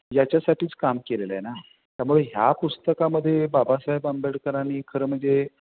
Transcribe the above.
याच्यासाठीच काम केलेलं आहे ना त्यामुळे ह्या पुस्तकामध्ये बाबासाहेब आंबेडकरांनी खरं म्हणजे